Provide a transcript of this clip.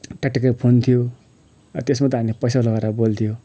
टकटके phone थियो त्यसमा त हामीले पैसा लगाएर बोल्थ्यो